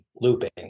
looping